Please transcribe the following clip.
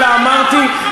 שנות ה-30,